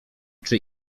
czy